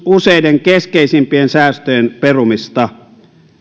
useiden keskeisimpien säästöjen perumista